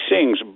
sings